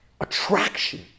attraction